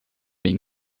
been